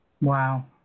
Wow